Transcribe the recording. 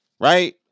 right